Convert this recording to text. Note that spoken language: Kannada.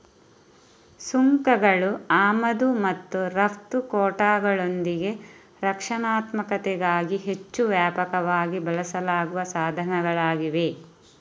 ಸುಂಕಗಳು ಆಮದು ಮತ್ತು ರಫ್ತು ಕೋಟಾಗಳೊಂದಿಗೆ ರಕ್ಷಣಾತ್ಮಕತೆಗಾಗಿ ಹೆಚ್ಚು ವ್ಯಾಪಕವಾಗಿ ಬಳಸಲಾಗುವ ಸಾಧನಗಳಾಗಿವೆ